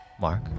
mark